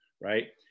right